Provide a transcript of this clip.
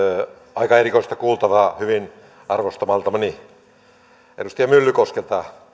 aika erikoista kuultavaa hyvin arvostamaltani edustaja myllykoskelta